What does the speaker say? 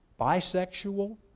bisexual